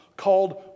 Called